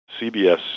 CBS